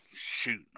shoot